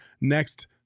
next